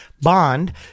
bond